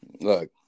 look